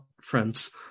friends